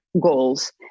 goals